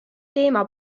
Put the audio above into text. teema